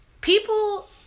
People